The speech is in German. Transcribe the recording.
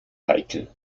heikel